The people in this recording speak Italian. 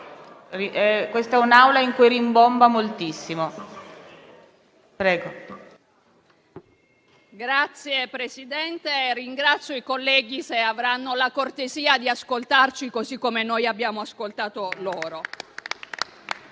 Signor Presidente, ringrazio lei e anche i colleghi, se avranno la cortesia di ascoltarci, così come noi abbiamo ascoltato loro.